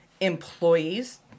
Employees